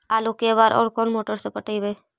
आलू के बार और कोन मोटर से पटइबै?